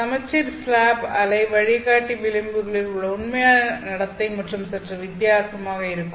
சமச்சீர் ஸ்லாப் அலை வழிகாட்டி விளிம்புகளில் உள்ள உண்மையான நடத்தை சற்று வித்தியாசமாக இருக்கும்